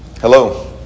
Hello